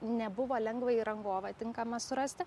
nebuvo lengva ir rangovą tinkamą surasti